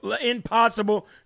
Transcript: impossible